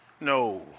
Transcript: No